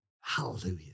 Hallelujah